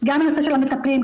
גם לנושא של המטפלים,